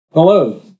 Hello